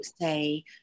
say